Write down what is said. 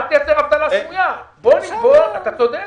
אתה צודק.